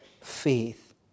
faith